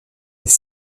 des